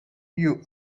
you